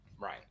Right